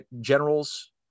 generals